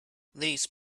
these